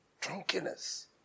Drunkenness